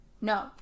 no